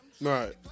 Right